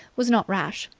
was not rash.